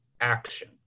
action